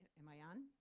am i on?